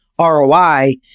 ROI